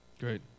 Great